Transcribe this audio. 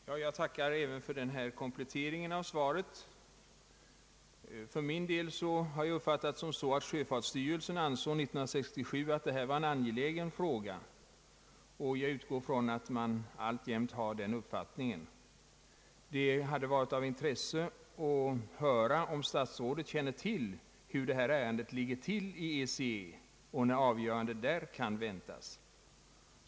Herr talman! Jag tackar statsrådet även för denna komplettering av sva ret. För min del har jag den uppfatiningen att sjöfartsverket 1967 ansåg detta vara en angelägen fråga. Jag utgår från att sjöfartsverket alltjämt är av samma åsikt. Det hade varit av intresse att höra om statsrådet känner till hur detta ärende behandlas i ECE och när ett avgörande där kan väntas.